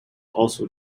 also